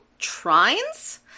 trines